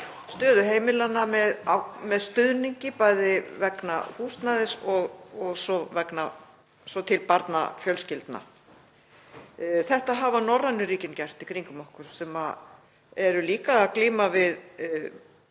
stöðu heimilanna með stuðningi, bæði vegna húsnæðis og svo til barnafjölskyldna. Þetta hafa norrænu ríkin í kringum okkur gert sem eru líka að glíma við